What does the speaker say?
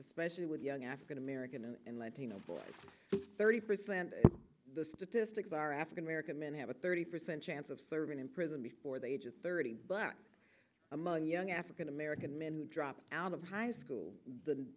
especially with young african american and latino boys thirty percent of the statistics are african american men have a thirty percent chance of serving in prison before the age of thirty but among young african american men who drop out of high school the